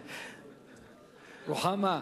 רוחמה,